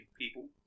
people